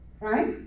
right